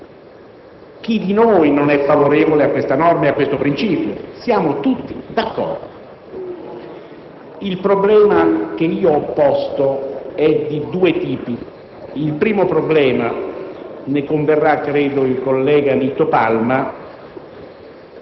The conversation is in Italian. Chi di noi non è favorevole a questa norma e a questo principio? Siamo tutti d'accordo. Il problema che ho posto è di duplice natura. Il primo aspetto - ne converrà, credo, il collega Nitto Palma